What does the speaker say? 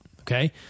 okay